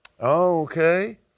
Okay